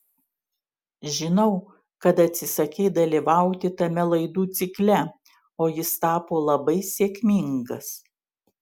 žinau kad atsisakei dalyvauti tame laidų cikle o jis tapo labai sėkmingas